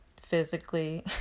physically